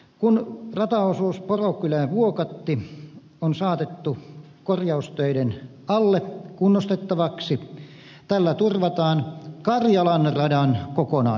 kun rataosuus porokylävuokatti on saatettu korjaustöiden alle kunnostettavaksi tällä turvataan karjalan radan kokonaisuus